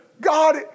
God